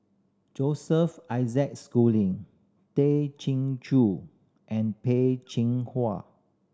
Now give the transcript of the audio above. Joseph Isaac Schooling Tay Chin Joo and Peh Chin Hua